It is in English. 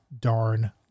darn